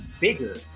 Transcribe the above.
bigger